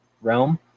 realm